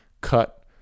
cut